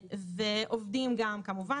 עובדים כאן כמובן,